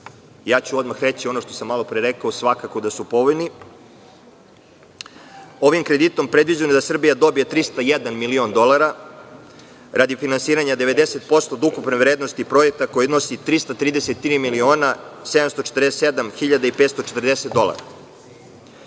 ću reći ono što sam malopre rekao, svakako da su povoljni. Ovim kreditom predviđeno je da Srbija dobije 301.000.000 dolara radi finansiranja 90% od ukupne vrednosti projekta koji iznosi 333.747.540 dolara.